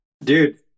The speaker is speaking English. Dude